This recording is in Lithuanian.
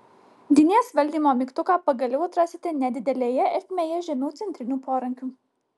dynės valdymo mygtuką pagaliau atrasite nedidelėje ertmėje žemiau centrinių porankių